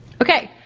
okay,